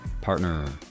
partner